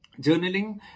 Journaling